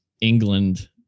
England